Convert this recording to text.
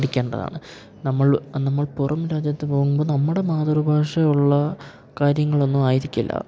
പഠിക്കേണ്ടതാണ് നമ്മൾ നമ്മൾ പുറം രാജ്യത്ത് പോകുമ്പോൾ നമ്മുടെ മാതൃഭാഷയുള്ള കാര്യങ്ങൾ ഒന്നും ആയിരിക്കില്ല